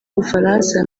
bufaransa